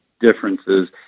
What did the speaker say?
differences